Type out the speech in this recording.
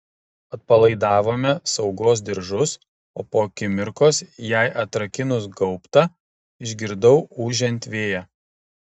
atpalaidavome saugos diržus o po akimirkos jai atrakinus gaubtą išgirdau ūžiant vėją